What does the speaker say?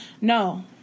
no